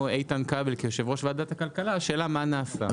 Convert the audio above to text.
איתן כבל כיושב ראש ועדת כלכלה השאלה מה נעשה.